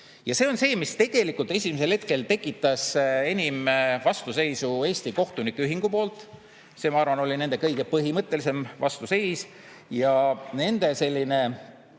See on see, mis tegelikult esimesel hetkel tekitas enim vastuseisu Eesti Kohtunike Ühingu poolt. See, ma arvan, oli nende kõige põhimõttelisem vastuseis. Ja nende selline